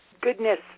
goodness